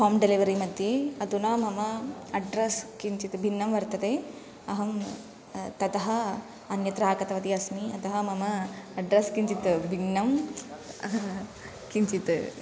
home delivery मध्ये अधुना मम अड्रस् किञ्चित् भिन्नं वर्तते अहं ततः अन्यत्र आगतवती अस्मि अतः मम अड्रेस् किञ्चित् भिन्नं किञ्चित्